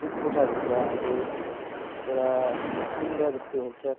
धुप कोठाभित्र हाम्रो एउटा पिण्ड जस्तै हुन्छ